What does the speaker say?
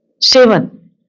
Seven